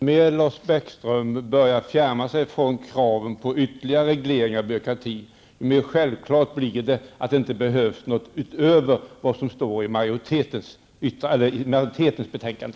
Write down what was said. Herr talman! Ju mer Lars Bäckström fjärmar sig från kraven på ytterligare reglering och byråkrati, desto mer självklart blir det att det inte behövs något utöver vad som står i majoritetens betänkande.